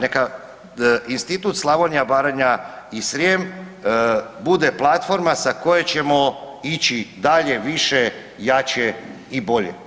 Neka institut Slavonija, Baranja i Srijem bude platforma sa koje ćemo ići dalje, više, jače i bolje.